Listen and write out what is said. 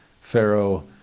Pharaoh